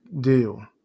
deal